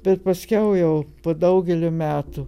bet paskiau jau po daugelio metų